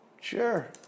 sure